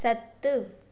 सत